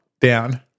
down